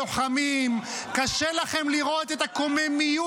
איזו תקומה?